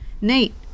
Nate